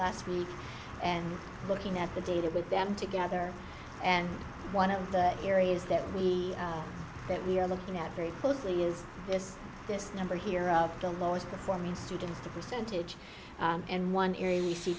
last week and looking at the data with them together and one of the areas that we that we are looking at very closely is this this number here of the lowest performing students the percentage in one ar